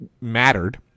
mattered